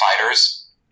fighters